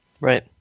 Right